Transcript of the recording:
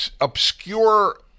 obscure